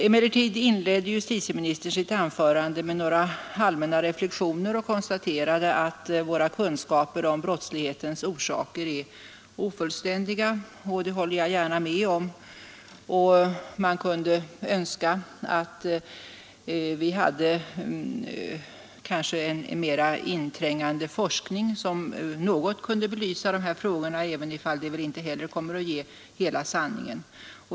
Justitieministern inledde sitt anförande med några allmänna reflexioner och konstaterade att vår kunskap om brottslighetens orsaker är ofullständig. Det håller jag gärna med om. Man kunde önska att vi hade en mer inträngande forskning som något kunde belysa dessa frågor, även om den väl inte kan ge hela sanningen.